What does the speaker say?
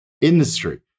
industry